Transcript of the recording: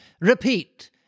Repeat